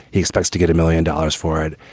he expects to get a million dollars for it.